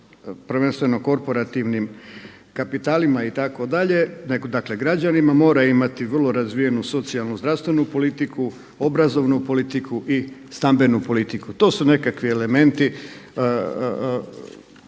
prvenstveno korporativnim kapitalima itd., nego dakle građanima mora imati vrlo razvijenu socijalnu, zdravstvenu politiku, obrazovnu politiku i stambenu politiku. To su nekakvi elementi